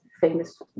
famous